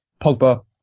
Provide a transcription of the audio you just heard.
Pogba